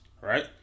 right